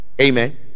Amen